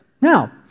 Now